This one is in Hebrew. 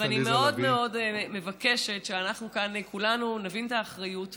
ואני מאוד מאוד מבקשת שכולנו כאן נבין את האחריות ונתמוך.